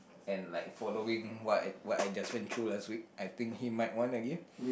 and like following what I what I just went through last week I think he might wanna give